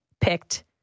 picked